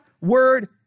word